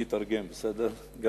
(נושא דברים בשפה הערבית, להלן תרגומם